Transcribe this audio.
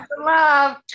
love